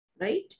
Right